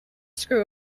screw